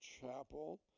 chapel